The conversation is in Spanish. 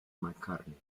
mccartney